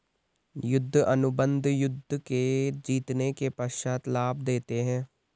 युद्ध अनुबंध युद्ध के जीतने के पश्चात लाभ देते हैं